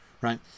Right